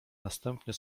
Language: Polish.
następnie